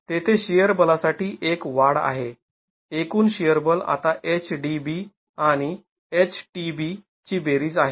तर तेथे शिअर बलासाठी एक वाढ आहे एकूण शिअर बल आता H DB आणि H tB ची बेरीज आहे